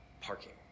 parking